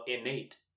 Innate